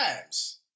times